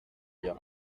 bien